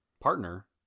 partner